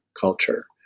culture